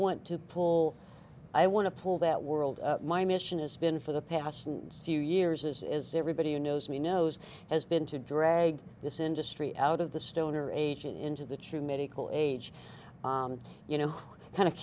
want to pull i want to pull that world my mission is been for the past and few years is as everybody who knows me knows has been to drag this industry out of the stone or aging into the true medical age you know kind of